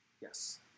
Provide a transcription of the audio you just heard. Yes